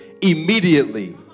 immediately